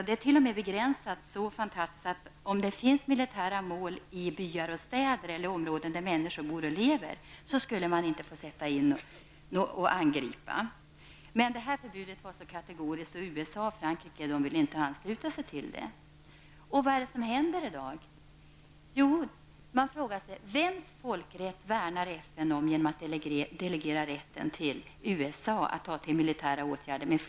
Det är t.o.m. begränsat så fantastiskt att om det finns militära mål i byar och städer, eller i områden där människor bor och lever, skulle man inte få angripa. Men det förbudet var så kategoriskt att USA och Frankrike inte ville ansluta sig till det. Vad är det som händer i dag? Man frågar sig: Vems folkrätt värnar FN om genom att till USA och allierade delegera rätten att ta till militära åtgärder?